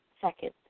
second